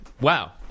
Wow